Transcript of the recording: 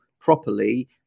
properly